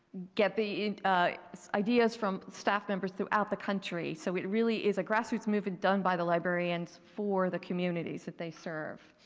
get the ideas from staff members throughout the country. so, it really is a grassroots movement done by the librarians for the communities that they serve.